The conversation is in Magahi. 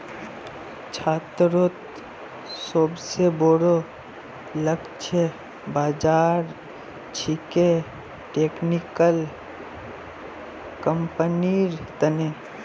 छात्रोंत सोबसे बोरो लक्ष्य बाज़ार छिके टेक्निकल कंपनिर तने